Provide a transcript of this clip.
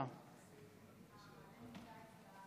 [רשומות (הצעות חוק,